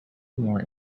more